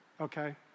okay